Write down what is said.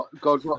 God